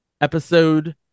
Episode